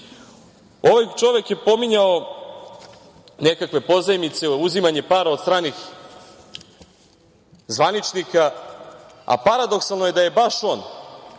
čovek je pominjao nekakve pozajmice, uzimanje para od stranih zvaničnika, a paradoksalno je da je baš on,